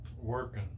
working